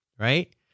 right